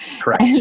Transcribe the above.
Correct